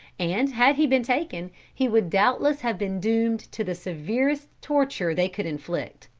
and had he been taken, he would doubtless have been doomed to the severest torture they could inflict.